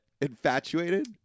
Infatuated